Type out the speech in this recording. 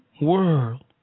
world